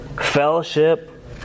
fellowship